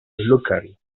local